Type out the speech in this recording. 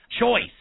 choice